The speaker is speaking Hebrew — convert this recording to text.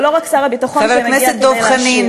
ולא רק שר הביטחון שמגיע כדי להשיב.